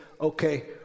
Okay